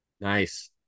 nice